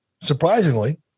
surprisingly